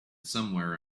somewhere